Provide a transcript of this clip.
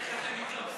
איך אתם מתרפסים.